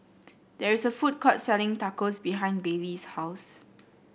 there is a food court selling Tacos behind Bailey's house